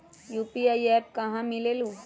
UPI app कहा से मिलेलु?